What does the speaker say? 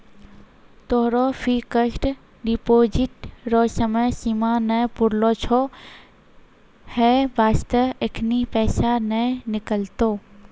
तोहरो fixed deposit रो समय सीमा नै पुरलो छौं है बास्ते एखनी पैसा नै निकलतौं